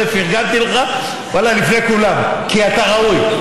הינה, פרגנתי לך, ואללה, לפני כולם, כי אתה ראוי.